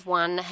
one